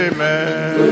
Amen